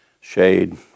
shade